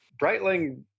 breitling